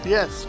Yes